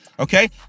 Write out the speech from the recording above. Okay